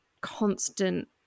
constant